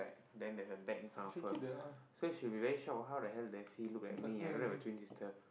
then there's a bag in front of her so she will be very shocked how the hell does she look like me I don't have a twin sister